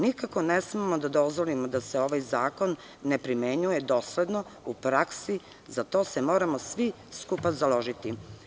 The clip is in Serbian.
Nikako ne smemo da dozvolimo da se ovaj zakon ne primenjuje dosledno u praksi i za to se moramo svi skupa založiti.